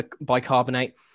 bicarbonate